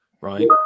right